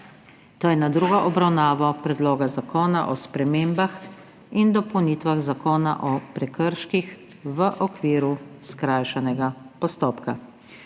to je s tretjo obravnavo Predloga zakona o spremembah in dopolnitvah Zakona o prekrških v okviru skrajšanega postopka.**